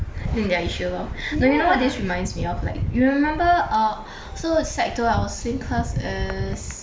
then their issue lor no you know what this reminds me of like you remember ah so sec two I was same class as